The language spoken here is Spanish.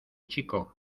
chico